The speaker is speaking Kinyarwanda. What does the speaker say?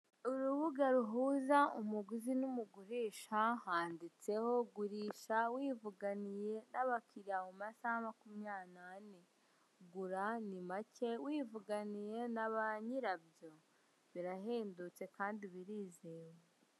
Urubuga ruhuza umuguzi n'umugurisha handitseho, "Gurisha wivuganiye n'abakiliya mu masaha makumyabiri n'ane, Gura kuri make wivuganiye na banyirabyo," birahendutse kandi birizewe.